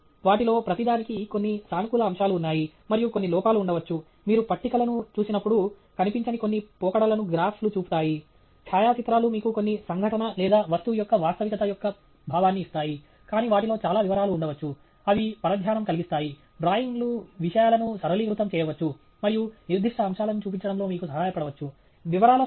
మరియు వాటిలో ప్రతిదానికి కొన్ని సానుకూల అంశాలు ఉన్నాయి మరియు కొన్ని లోపాలు ఉండవచ్చు మీరు పట్టికలను చూసినప్పుడు కనిపించని కొన్ని పోకడలను గ్రాఫ్లు చూపుతాయి ఛాయాచిత్రాలు మీకు కొన్ని సంఘటన లేదా వస్తువు యొక్క వాస్తవికత యొక్క భావాన్ని ఇస్తాయి కానీ వాటిలో చాలా వివరాలు ఉండవచ్చు అవి పరధ్యానం కలిగిస్తాయి డ్రాయింగ్లు విషయాలను సరళీకృతం చేయవచ్చు మరియు నిర్దిష్ట అంశాలను చూపించడంలో మీకు సహాయపడవచ్చు